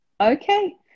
Okay